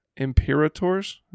Imperators